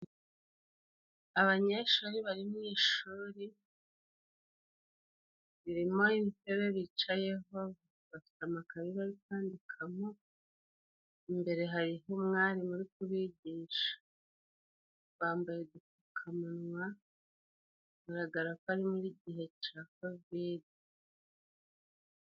Abanyeshuri bari mu ishuri ririmo intebe bicayeho bafite amakayi bari kwandikamo, imbere hariho umwarimu uri kubigisha, bambaye udupfukamunwa biragara ko ari mu gihe cya kovidi.